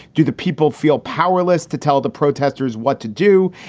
do the people feel powerless to tell the protesters what to do?